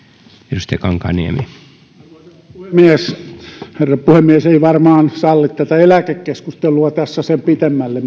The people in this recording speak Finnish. arvoisa puhemies herra puhemies ei varmaan salli tätä eläkekeskustelua tässä sen pitemmälle